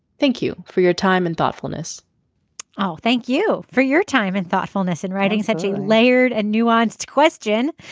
thank you for your time and thoughtfulness oh thank you for your time and thoughtfulness in writing such a layered and nuanced question.